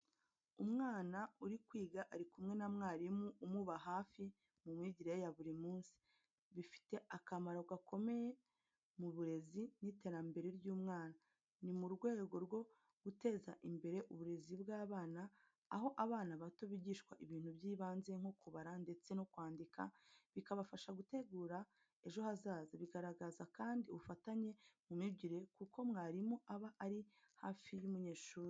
Umwana uri kwiga ari kumwe n'umwarimu umuba hafi mu myigire ye ya buri munsi, bifite akamaro gakomeye mu burezi n’iterambere ry’umwana. Ni mu rwego rwo guteza imbere uburezi bw’abana aho abana bato bigishwa ibintu by’ibanze nko kubara ndetse no kwandika, bikabafasha gutegura ejo heza. Bigaragaza kandi ubufatanye mu myigire kuko mwarimu aba ari hafi y’umunyeshuri